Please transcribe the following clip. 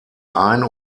ein